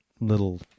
little